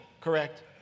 correct